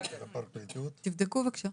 תבדקו בבקשה.